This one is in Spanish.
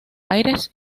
aires